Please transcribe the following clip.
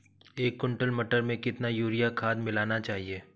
एक कुंटल मटर में कितना यूरिया खाद मिलाना चाहिए?